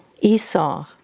Esau